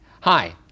Hi